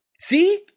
See